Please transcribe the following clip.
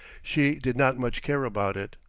she did not much care about it.